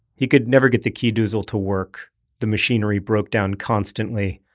he could never get the keedoozle to work the machinery broke down constantly,